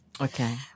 Okay